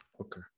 Okay